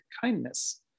kindness